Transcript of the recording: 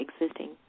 existing